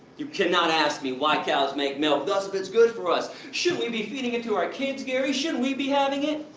you cannot ask me why cows make milk! thus, if it's good for us. shouldn't we be feeding it to our kids, gary? shouldn't we be having it?